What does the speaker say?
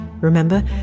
Remember